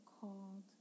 called